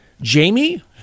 Jamie